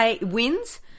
wins